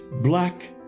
black